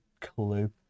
clue